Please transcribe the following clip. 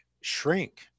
shrink